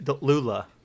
Lula